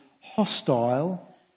hostile